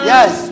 Yes